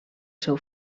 seu